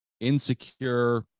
insecure